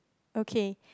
okay